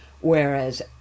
whereas